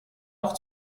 auch